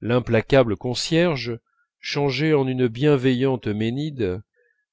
l'implacable concierge changé en une bienveillante euménide